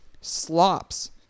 Slops